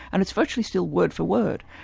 and it's virtually still word for word.